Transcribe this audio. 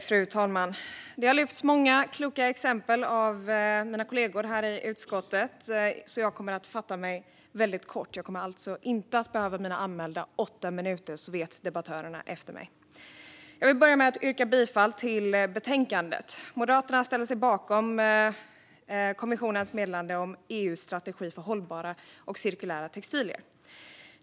Fru talman! Många kloka exempel har lyfts av mina kollegor i utskottet, så jag kommer att fatta mig väldigt kort och kommer alltså inte att behöva mina anmälda åtta minuter - så vet debattörerna efter mig. Jag vill börja med att yrka bifall till utskottets förslag i betänkandet. Moderaterna ställer sig bakom kommissionens meddelande om EU:s strategi för hållbara och cirkulära textilier.